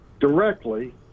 Directly